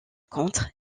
contre